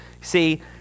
See